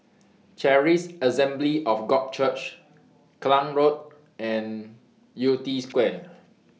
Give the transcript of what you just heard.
Charis Assembly of God Church Klang Road and Yew Tee Square